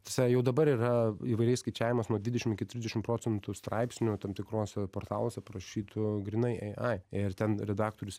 tiesa jau dabar yra įvairiais skaičiavimais nuo dvidešim iki trisdešim procentų straipsnių tam tikruose portaluose parašytų grynai ai ir ten redaktorius